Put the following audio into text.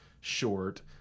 short